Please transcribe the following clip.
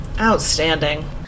Outstanding